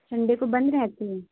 Sunday کو بند رہتی ہے